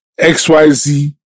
XYZ